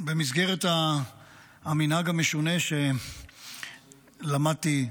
במסגרת המנהג המשונה שלמדתי,